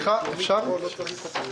שלום אדוני.